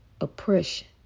Oppression